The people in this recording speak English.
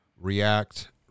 react